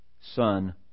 Son